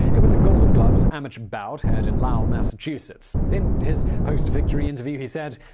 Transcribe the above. it was a golden gloves amateur bout held in lowell, massachusetts. in his post victory interview, he said.